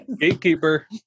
Gatekeeper